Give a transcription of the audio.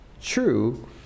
true